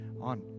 on